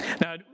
now